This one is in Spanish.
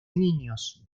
niños